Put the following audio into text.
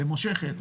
למושכת,